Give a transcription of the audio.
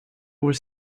was